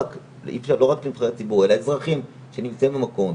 אלא אזרחים שנמצאים במקום,